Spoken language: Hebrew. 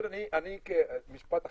משפט אחרון,